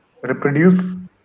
reproduce